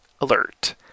alert